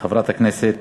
חברת הכנסת